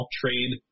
trade